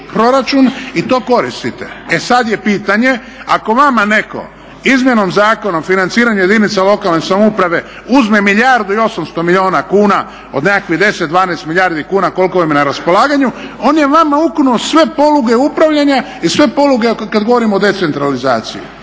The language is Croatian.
i to koristite. E sada je pitanje ako vama netko Izmjenom zakona o financiranju jedinica lokalne samouprave uzme milijardu i 800 milijuna kuna od nekakvih 10, 12 milijardi kuna koliko vam je na raspolaganju on je vama ukinuo sve poluge upravljanja i sve poluge kada govorimo o decentralizaciji.